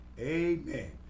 amen